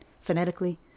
phonetically